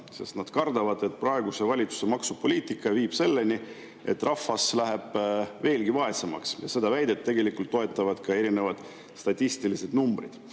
sest nad kardavad, et praeguse valitsuse maksupoliitika viib selleni, et rahvas jääb veelgi vaesemaks. Seda väidet toetavad ka erinevad statistilised numbrid.